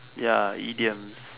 ya idioms